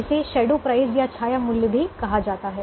इसे shadow price या छाया मूल्य भी कहा जाता है